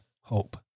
hope